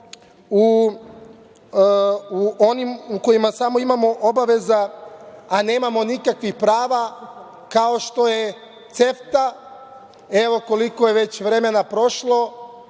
u kojima imamo samo obaveze, a nemamo nikakvih prava, kao što je CEFTA? Evo koliko je već vremena prošlo,